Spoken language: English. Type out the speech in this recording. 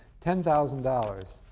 ten thousand dollars.